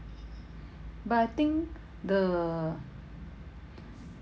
but I think the